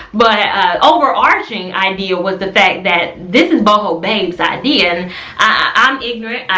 but ah overarching idea was the fact that this is boho babes idea. and i'm ignorant.